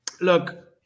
Look